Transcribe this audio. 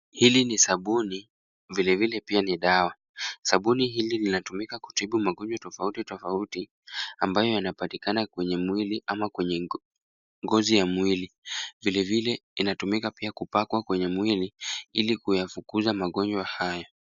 Hili ni sabuni vilevile pia ni dawa. Sabuni hili linatumika kutibu magonjwa tofautitofauti ambayo yanapatikana kwenye mwili ama kwenye ngozi ya mwili. Vilevile pia inatumika kujipaka kwenye mwili ili kufukuza magonjwa haya.